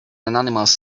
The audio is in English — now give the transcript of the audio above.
anonymous